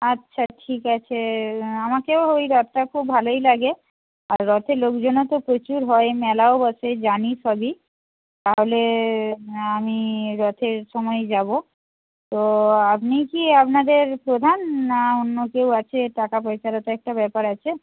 আচ্ছা ঠিক আছে আমাকেও ওই রথটা খুব ভালোই লাগে আর রথে লোকজনও তো প্রচুর হয় মেলাও বসে জানি সবই তাহলে আমি রথের সময়ই যাব তো আপনিই কি আপনাদের প্রধান না অন্য কেউ আছে টাকা পয়সারও তো একটা ব্যাপার আছে